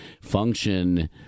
function